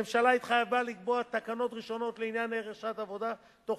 הממשלה התחייבה לקבוע תקנות ראשונות לעניין ערך שעת עבודה בתוך